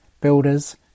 builders